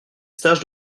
stages